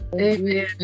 amen